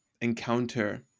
encounter